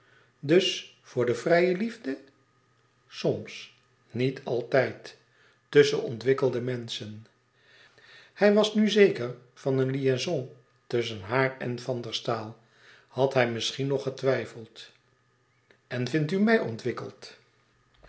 dus voor vrije liefde soms niet altijd tusschen ontwikkelde menschen hij was nu zeker van een liaison tusschen haar en van der staal had hij misschien nog getwijfeld en vindt u mij ontwikkeld